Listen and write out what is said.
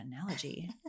analogy